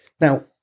Now